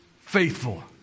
faithful